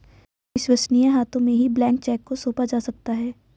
विश्वसनीय हाथों में ही ब्लैंक चेक को सौंपा जा सकता है